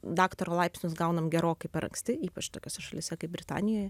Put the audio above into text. daktaro laipsnius gaunam gerokai per anksti ypač tokiose šalyse kaip britanijoje